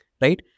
right